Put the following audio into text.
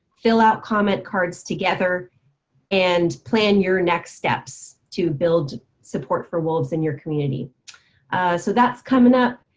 fill out comment cards together and plan your next steps to build support for wolves in your community so that's coming up.